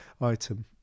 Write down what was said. item